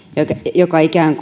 joka ikään